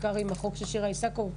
בעיקר עם החוק של שירה איסקוב.